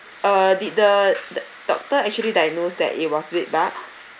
uh did the that doctor actually diagnosed that it was beg bugs